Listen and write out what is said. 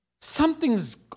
Something's